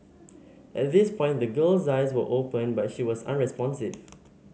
at this point the girl's eyes were open but she was unresponsive